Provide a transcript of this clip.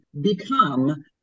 become